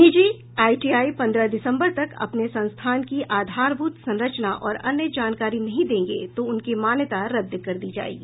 निजी आईटीआई पन्द्रह दिसम्बर तक अपने संस्थान की आधारभूत संरचना और अन्य जानकारी नहीं देंगे तो उनकी मान्यता रद्द कर दी जायेगी